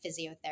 physiotherapy